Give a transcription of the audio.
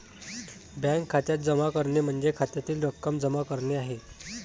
bank खात्यात जमा करणे म्हणजे खात्यातील रक्कम जमा करणे आहे